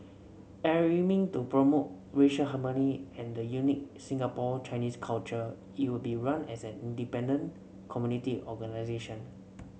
to promote racial harmony and the unique Singapore Chinese culture it will be run as an independent community organisation